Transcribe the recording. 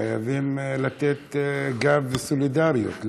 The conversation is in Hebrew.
חייבים לתת גב וסולידריות,